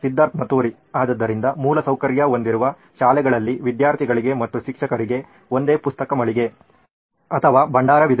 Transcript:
ಸಿದ್ಧಾರ್ಥ್ ಮತುರಿ ಆದ್ದರಿಂದ ಮೂಲಸೌಕರ್ಯ ಹೊಂದಿರುವ ಶಾಲೆಗಳಿಗಳಲ್ಲಿ ವಿದ್ಯಾರ್ಥಿಗಳಿಗೆ ಮತ್ತು ಶಿಕ್ಷಕರಿಗೆ ಒಂದೇ ಪುಸ್ತಕ ಮಳಿಗೆ ಭಂಡಾರವಿದೆ